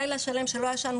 לילה שלם שלא ישנו,